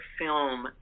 film